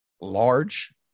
large